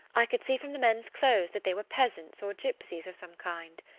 i could see from the men's clothes that they were peasants or gypsies of some kind.